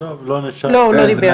אותה שאלה של מירב,